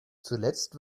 zuletzt